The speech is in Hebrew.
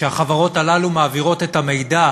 שהחברות הללו מעבירות את המידע